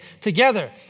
together